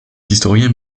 historiens